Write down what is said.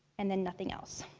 and then nothing else.